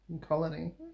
Colony